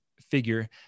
figure